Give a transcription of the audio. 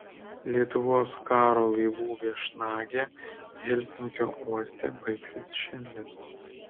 lietuvos karo laivų viešnagė helsinkio uoste baigsis šiandien